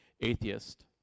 atheist